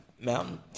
Mountain